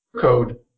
code